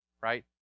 right